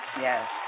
Yes